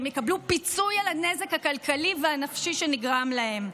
והן יקבלו פיצוי על הנזק הכלכלי והנפשי שנגרם להן.